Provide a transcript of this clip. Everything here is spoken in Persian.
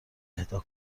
اهدا